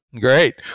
Great